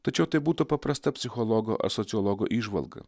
tačiau tai būtų paprasta psichologo ar sociologo įžvalga